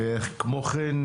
כמו כן,